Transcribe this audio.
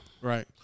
Right